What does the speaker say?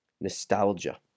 nostalgia